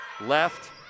left